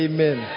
Amen